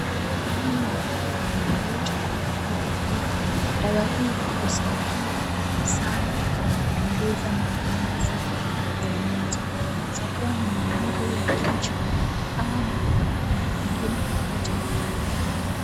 Hii ni dawa inayoitwa ibuprofen. Dawa hii husaidia sana kwa kutuliza maumivu yoyote. Inaweza kuwa ni maumivu ya kichwa, ama pahali pengine popote mwilini.